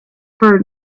for